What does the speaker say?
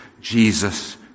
Jesus